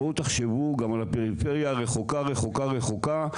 תחשבו גם על הפריפריה הרחוקה רחוקה רחוקה,